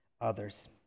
others